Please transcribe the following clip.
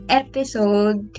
episode